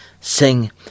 sing